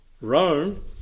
Rome